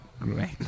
great